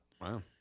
Wow